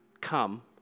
Come